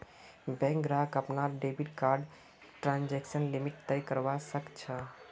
bank ग्राहक अपनार debit कार्डर ट्रांजेक्शन लिमिट तय करवा सख छ